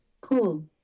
Cool